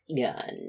gun